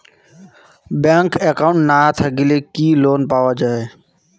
Bank account না থাকিলে কি লোন পাওয়া য়ায়?